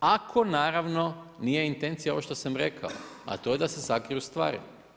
Ako naravno, nije intencija ovo što sam rekao, a to je da se sakriju stvari.